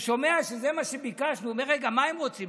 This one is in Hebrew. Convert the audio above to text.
ששומע שזה מה שביקשנו, אומר, רגע, מה הם רוצים?